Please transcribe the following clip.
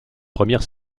première